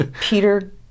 Peter